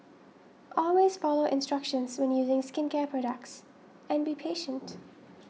always follow instructions when using skincare products and be patient